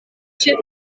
ĉefe